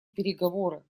переговоры